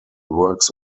works